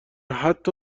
حتا